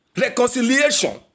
Reconciliation